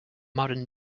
modern